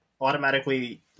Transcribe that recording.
automatically